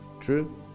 true